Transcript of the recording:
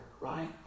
right